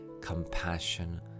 compassion